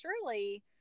surely